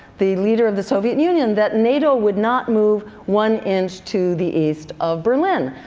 the leader of the soviet union, that nato would not move one inch to the east of berlin.